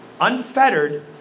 unfettered